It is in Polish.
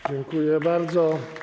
Dziękuję bardzo.